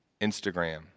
Instagram